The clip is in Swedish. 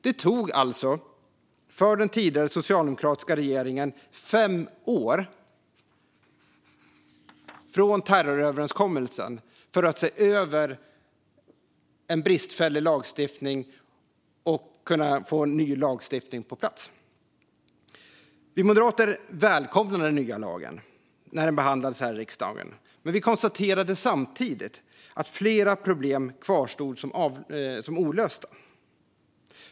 Det tog alltså den tidigare socialdemokratiska regeringen fem år från terroröverenskommelsen att se över en bristfällig lagstiftning och få ny lagstiftning på plats. Vi moderater välkomnade den nya lagen när den behandlades i riksdagen, men vi konstaterade samtidigt att flera problem kvarstod olösta.